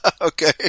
Okay